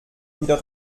wieder